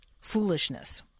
foolishness